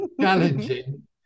challenging